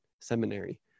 seminary